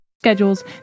Schedules